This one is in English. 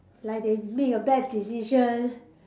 like they make a bad decision